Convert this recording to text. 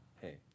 hey